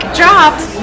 drops